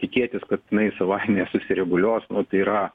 tikėtis kad jinai savaime susireguliuos nu tai yra